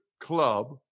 club